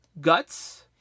Guts